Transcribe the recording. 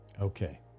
Okay